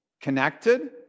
connected